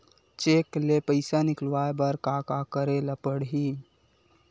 Cheque ले पईसा निकलवाय बर का का करे ल पड़हि?